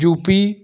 U P